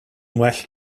well